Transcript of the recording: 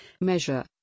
Measure